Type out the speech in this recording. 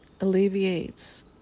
alleviates